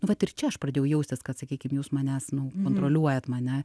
vat ir čia aš pradėjau jaustis kad sakykim jūs manęs nu kontroliuojat mane